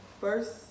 first